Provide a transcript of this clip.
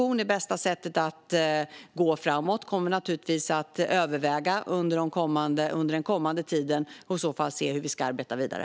Den kommande tiden kommer vi att överväga om en haverikommission är det bästa sättet att gå framåt och hur vi i så fall ska arbeta vidare.